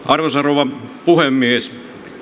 arvoisa rouva puhemies